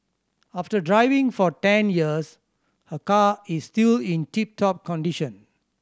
after driving for ten years her car is still in tip top condition